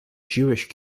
jewish